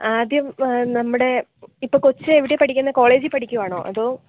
ആദ്യം നമ്മുടെ ഇപ്പം കൊച്ച് എവിടെ പഠിക്കുന്നത് കോളേജിൽ പഠിക്കുവാണോ അതോ